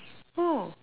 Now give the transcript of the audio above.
oh